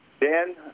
Dan